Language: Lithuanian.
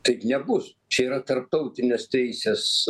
taip nebus čia yra tarptautinės teisės